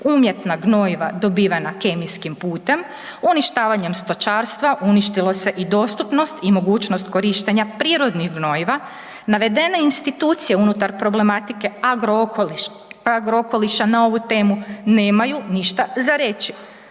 umjetna gnojiva dobivena kemijskim putem. Uništavanjem stočarstva uništilo se i dostupnost i mogućnost korištenja prirodnih gnojiva. Navedene institucije unutar problematike Agrookoliš, Agrookoliša na ovu temu nemaju ništa za reći.